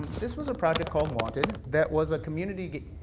this was a project called wanted, that was a community,